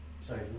sorry